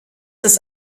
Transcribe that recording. das